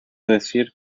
decir